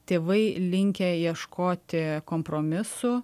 tėvai linkę ieškoti kompromisų